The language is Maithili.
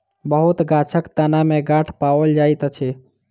बहुत गाछक तना में गांठ पाओल जाइत अछि